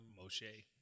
Moshe